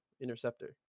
Interceptor